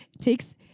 takes